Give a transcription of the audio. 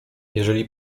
jeżeli